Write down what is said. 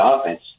offense